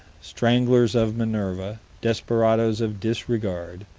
stranglers of minerva. desperadoes of disregard.